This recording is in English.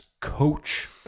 coach